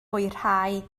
hwyrhau